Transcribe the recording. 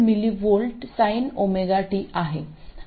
7 V 100mV sinωt आहे